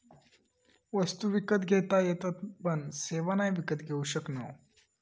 वस्तु विकत घेता येतत पण सेवा नाय विकत घेऊ शकणव